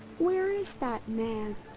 where is that man?